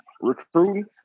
Recruiting